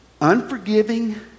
unforgiving